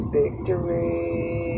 victory